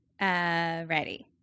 ready